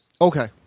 Okay